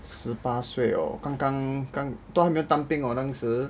十八岁 or 刚刚都还没有当兵哦当时